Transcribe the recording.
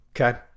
okay